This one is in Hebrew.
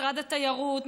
משרד התיירות,